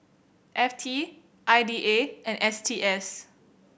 F T I D A and S T S